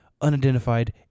unidentified